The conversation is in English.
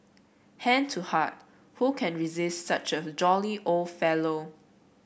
hand to heart who can resist such a jolly old fellow